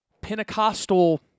Pentecostal